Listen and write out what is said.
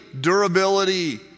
durability